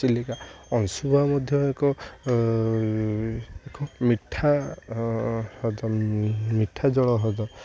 ଚିଲିକା ଅଂଶୁପା ମଧ୍ୟ ଏକ ଏକ ମିଠା ହ୍ରଦ ମିଠା ଜଳ ହ୍ରଦ